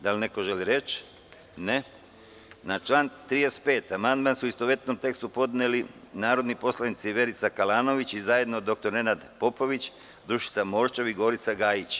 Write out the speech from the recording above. Da li neko želi reč? (Ne.) Na član 35. amandman su, u istovetnom tekstu, podneli narodni poslanici Verica Kalanović i zajedno dr Nenad Popović, Dušica Morčev i Gorica Gajić.